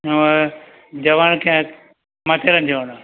હવે જવાનું ક્યાં માથેરાન જવાનું